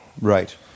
Right